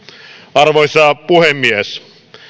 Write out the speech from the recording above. arvoisa puhemies